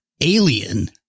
alien